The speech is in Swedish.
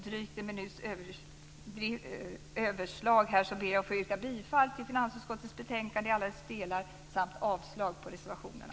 Jag ber att få yrka bifall till hemställan i finansutskottets betänkande i alla dess delar samt avslag på reservationerna.